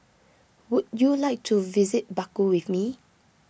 would you like to visit Baku with me